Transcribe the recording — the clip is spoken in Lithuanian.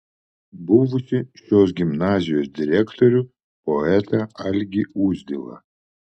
buvusį šios gimnazijos direktorių poetą algį uzdilą